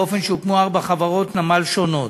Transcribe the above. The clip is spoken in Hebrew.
באופן שהוקמו ארבע חברות נמל שונות.